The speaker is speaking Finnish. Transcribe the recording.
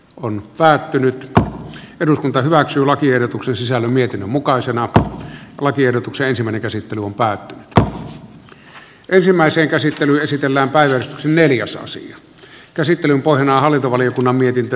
on päätynyt koko eduskunta hyväksyi lakiehdotuksen sisällön mietinnön mukaisena että lakiehdotuksen se menee käsittelu päättyi jo ensimmäiseen käsittelyyn esitellään vain neljäsosa ja käsittelyn pohjana on hallintovaliokunnan mietintö